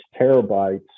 terabytes